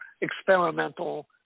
experimental